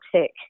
tick